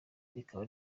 rikaba